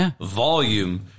volume